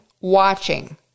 watching